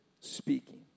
speaking